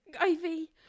Ivy